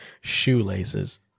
shoelaces